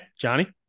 Johnny